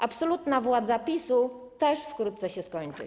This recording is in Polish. Absolutna władza PiS-u też wkrótce się skończy.